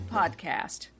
podcast